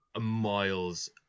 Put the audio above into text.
miles